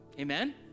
Amen